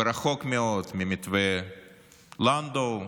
ורחוק מאוד ממתווה לנדאו,